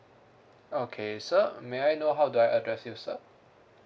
okay sir may I know how do I address you sir